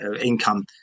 income